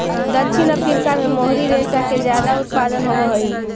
दक्षिण अफ्रीका में मोहरी रेशा के ज्यादा उत्पादन होवऽ हई